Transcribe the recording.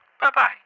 Bye-bye